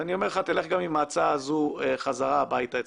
ואני אומר לך תלך עם ההצעה הזו חזרה הביתה אצלך,